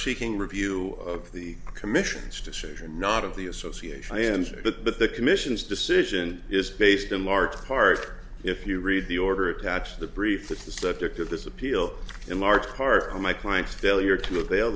seeking review of the commission's decision not of the association hands but the commission's decision is based in large part if you read the order attached to the brief that's the subject of this appeal in large part to my client's failure to avail